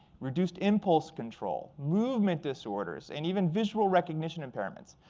reduced impulse control, movement disorders, and even visual recognition impairments.